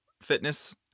Fitness